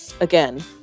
again